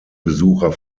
besucher